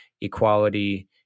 equality